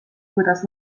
kuidas